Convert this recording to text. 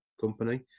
company